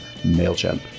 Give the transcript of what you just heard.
MailChimp